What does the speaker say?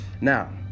Now